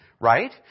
right